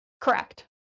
Correct